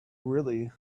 really